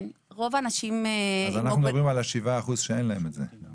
אנחנו מדברים על ה-7% שאין להם את זה?